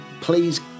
please